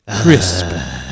crisp